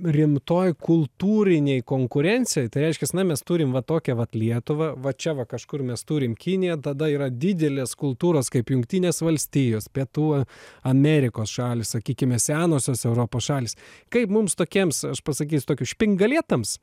rimtoj kultūrinėj konkurencijoj tai reiškias na mes turim vat tokią vat lietuvą va čia va kažkur mes turim kiniją tada yra didelės kultūros kaip jungtinės valstijos pietų amerikos šalys sakykime senosios europos šalys kaip mums tokiems aš pasakys tokiu špingalietams